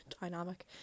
dynamic